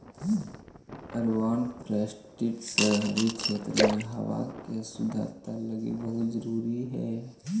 urban forestry शहरी क्षेत्रों में हावा के शुद्धता लागी बहुत जरूरी हई